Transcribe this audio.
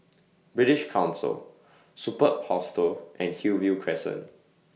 British Council Superb Hostel and Hillview Crescent